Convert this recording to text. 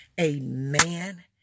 Amen